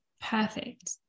perfect